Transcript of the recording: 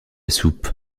soupe